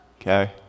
Okay